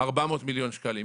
400,000,000 שקלים,